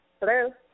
Hello